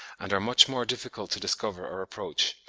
and are much more difficult to discover or approach,